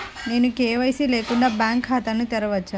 నేను కే.వై.సి లేకుండా బ్యాంక్ ఖాతాను తెరవవచ్చా?